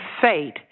fate